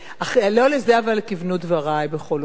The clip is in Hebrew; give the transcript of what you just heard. אבל לא לזה כיוונו דברי, בכל אופן.